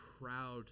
proud